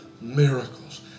miracles